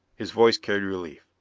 his voice carried relief.